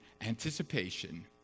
anticipation